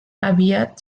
aviat